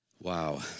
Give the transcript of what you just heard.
Wow